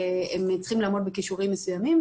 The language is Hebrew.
הם צריכים לעמוד בכישורים מסוימים,